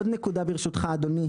עוד נקודה ברשותך אדוני.